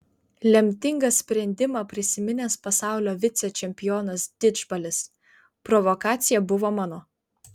lemtingą sprendimą prisiminęs pasaulio vicečempionas didžbalis provokacija buvo mano